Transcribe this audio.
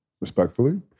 respectfully